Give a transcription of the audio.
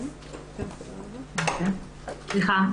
סליחה.